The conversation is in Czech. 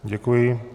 Děkuji.